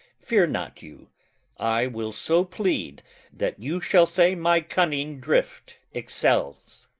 fear not you i will so plead that you shall say my cunning drift excels.